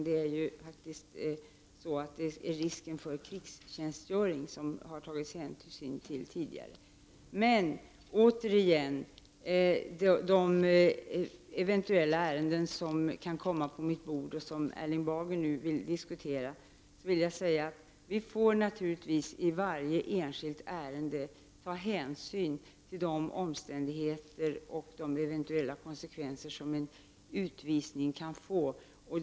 Det är faktiskt risken för krigstjänstgöring som man tidigare har tagit hänsyn till. När det gäller de eventuella ärenden som kan komma på mitt bord och som Erling Bager nu vill diskutera kan jag återigen bara säga att vi naturligtvis i varje enskilt ärende får ta hänsyn till omständigheterna och de eventuella konsekvenser som en utvisning kan få.